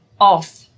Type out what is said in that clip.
off